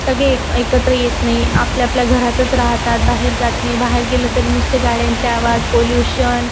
सगळे एक एकत्र येत नाही आपल्या आपल्या घरातच राहतात बाहेर जात नाही बाहेर गेलं तरी नुसते गाड्यांचे आवाज पोल्यूशन